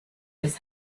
his